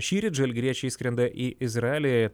šįryt žalgiriečiai išskrenda į izraelį